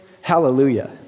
Hallelujah